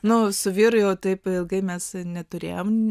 nu su vyru mes taip ilgai neturėjom